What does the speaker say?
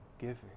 Giving